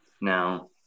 Now